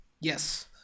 Yes